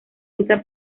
usa